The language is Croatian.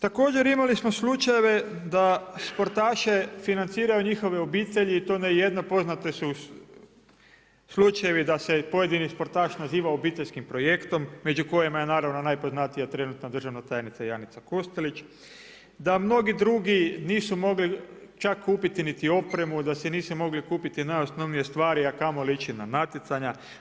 Također imali smo slučajeve da sportaše financiraju njihove obitelji i to ne jedna. poznati su slučajevi da se pojedini sportaš naziva obiteljskim projektom među kojima je naravno najpoznatija trenutna državna tajnica Janica Kostelić, da mnogi drugi nisu mogli čak kupiti niti opremu, da si nisu mogli kupiti najosnovnije stvari a kamoli ići na natjecanja.